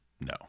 No